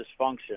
dysfunction